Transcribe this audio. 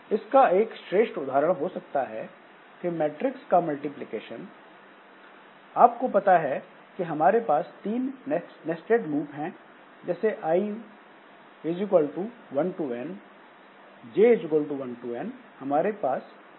इसका एक श्रेष्ठ उदाहरण हो सकता है मैट्रिक्स का मल्टीप्लिकेशन आपको पता है कि हमारे पास 3 नेस्टेड लूप है जैसे i 1 to n j 1 to n हमारे पास cij है